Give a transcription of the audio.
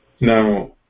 Now